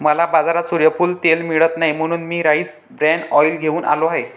मला बाजारात सूर्यफूल तेल मिळत नाही म्हणून मी राईस ब्रॅन ऑइल घेऊन आलो आहे